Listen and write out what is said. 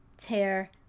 tear